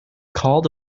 called